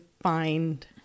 find